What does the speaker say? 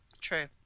True